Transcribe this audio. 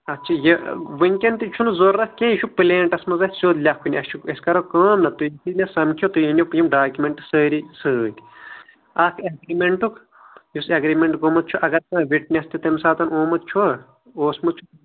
اتھ چھِ یہِ وٕنکٮ۪ن تہِ چھُنہٕ ضروٗرت کینہہ یہ چھُ پلینٹس منٛز اسہِ سیود لٮ۪کُھن اَسہِ چھُ أسۍ کرو کٲم نا تُہۍ یوٚتھٕے مےٚ سمکھِو تُہیۍ أنِو یم ڈاکمینٹ سٲری سۭتۍ اکھ اگریمینٹُک یُس اگریمینٹ گوٚمُت چھُ اگر تتھ وِٹیٚس تہِ تمہِ سان اوسمُت چھُ